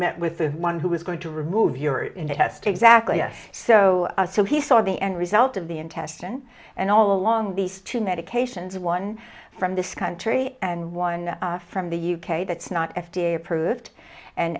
met with the one who was going to remove your in the chest exactly yes so so he saw the end result of the intestine and all along these two medications one from this country and one from the u k that's not f d a approved and